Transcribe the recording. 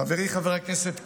חברי חבר הכנסת כץ,